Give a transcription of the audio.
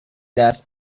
dust